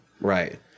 Right